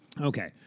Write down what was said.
Okay